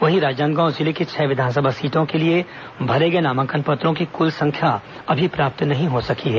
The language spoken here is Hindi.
वहीं राजनांदगांव जिले की छह विधानसभा सीटों के लिए भरे गए नामांकन पत्रों की कुल संख्या अभी प्राप्त नहीं हो सकी है